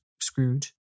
Scrooge